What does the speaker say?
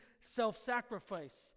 self-sacrifice